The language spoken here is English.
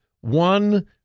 one